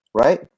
Right